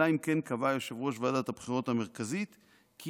אלא אם כן קבע יושב-ראש ועדת הבחירות המרכזית כי